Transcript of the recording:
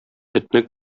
этне